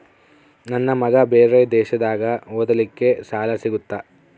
ನನ್ನ ಮಗ ಬೇರೆ ದೇಶದಾಗ ಓದಲಿಕ್ಕೆ ಸಾಲ ಸಿಗುತ್ತಾ?